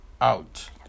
out